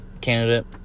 candidate